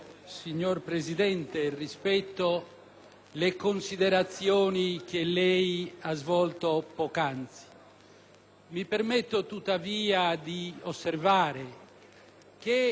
Mi permetto, tuttavia, di osservare che la sacrosanta esigenza di armonizzare i lavori tra le due Camere